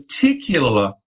particular